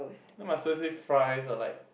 then might as well fry or like